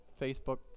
Facebook